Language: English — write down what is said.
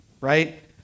right